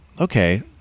okay